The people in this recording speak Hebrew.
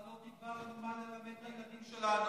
אתה לא תקבע לנו מה ללמד את הילדים שלנו.